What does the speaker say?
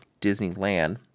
Disneyland